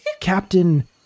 Captain